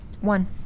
One